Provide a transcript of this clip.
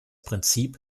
prinzip